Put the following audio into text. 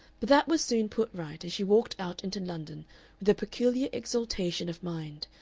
but that was soon put right, and she walked out into london with a peculiar exaltation of mind,